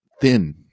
thin